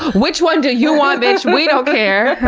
which one do you want, bitch? we don't care!